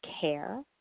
care